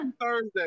Thursday